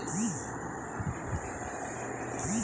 প্রত্যেক বছর মার্চ মাসে সরকার নতুন বাজেট বের করে